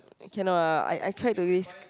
cannot ah I I try to risk